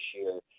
year